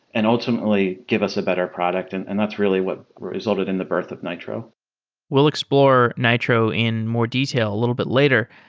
and ultimately give us a better product? and and that's really what resulted in the birth of nitro we'll explore nitro in more detail a little bit later.